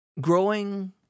growing